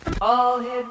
All-Hit